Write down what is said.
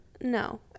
No